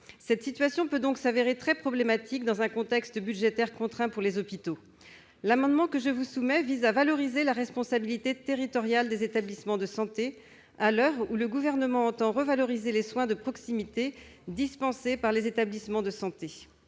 Cette situation peut donc s'avérer très problématique dans un contexte budgétaire contraint pour les hôpitaux. L'amendement que je vous soumets vise à valoriser la responsabilité territoriale des établissements de santé, à l'heure où le Gouvernement entend revaloriser les soins de proximité dispensés par les établissements de santé.